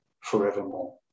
forevermore